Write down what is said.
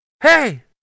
Hey